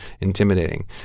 intimidating